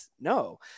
No